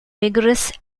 vigorous